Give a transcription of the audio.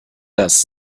das